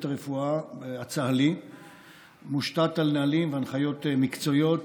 הרפואה הצה"לי מושתת על נהלים והנחיות מקצועיות,